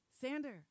Sander